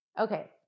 Okay